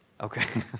Okay